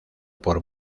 por